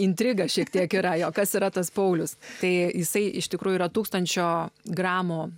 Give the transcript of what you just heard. intriga šiek tiek yra jo kas yra tas paulius tai jisai iš tikrųjų yra tūkstančio gramų